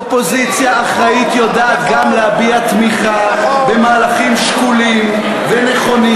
אופוזיציה אחראית יודעת גם להביע תמיכה במהלכים שקולים ונכונים